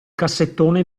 cassettone